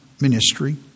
ministry